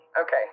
okay